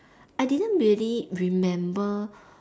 I didn't really remember